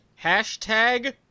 hashtag